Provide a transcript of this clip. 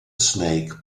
snake